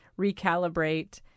recalibrate